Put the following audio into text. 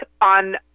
on